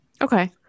Okay